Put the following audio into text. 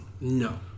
No